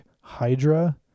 Hydra